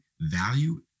value